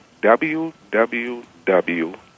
www